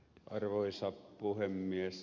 arvoisa puhemies